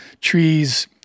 trees